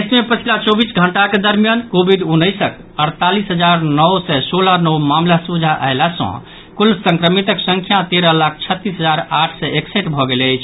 देश मे पछिला चौबीस घंटाक दरमियान कोविड उन्नैसक अड़तालीस हजार नओ सय सोलह नव मामिला सोझा आयला सँ कुल संक्रमितक संख्या तेरह लाख छत्तीस हजार आठ सय एकसठि भऽ गेल अछि